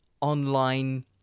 online